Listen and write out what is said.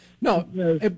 No